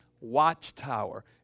watchtower